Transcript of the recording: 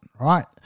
right